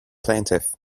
plaintiff